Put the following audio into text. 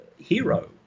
hero